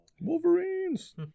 Wolverines